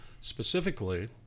Specifically